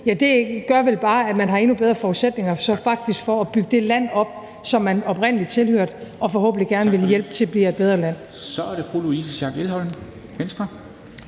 ung, gør vel bare, at man har endnu bedre forudsætninger for faktisk at bygge det land op, som man oprindelig tilhørte og forhåbentlig gerne vil hjælpe til at blive et bedre land. Kl. 00:19 Formanden (Henrik